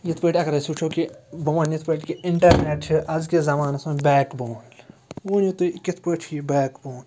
یِتھ پٲٹھۍ اَگر أسۍ وٕچھو کہِ بہٕ وَنہٕ یِتھ پٲٹھۍ کہِ اِنٹَرنٮ۪ٹ چھِ آزکِس زمانَس منٛز بیک بون ؤنِو تُہۍ کِتھ پٲٹھۍ چھُ یہِ بیک بون